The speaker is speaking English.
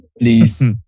Please